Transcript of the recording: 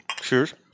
Cheers